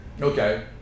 Okay